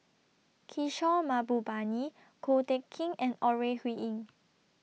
Kishore Mahbubani Ko Teck Kin and Ore Huiying